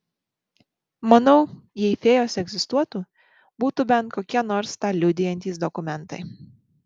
manau jei fėjos egzistuotų būtų bent kokie nors tą liudijantys dokumentai